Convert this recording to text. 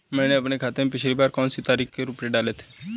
मैंने अपने खाते में पिछली बार कौनसी तारीख को रुपये डाले थे?